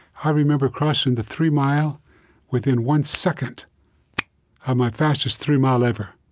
i remember crossing the three-mile within one second of my fastest three-mile ever.